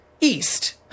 East